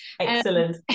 excellent